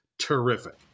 terrific